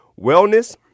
Wellness